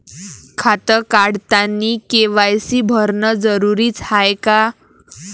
खातं काढतानी के.वाय.सी भरनं जरुरीच हाय का?